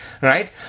right